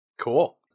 Cool